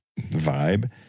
vibe